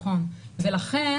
ולכן,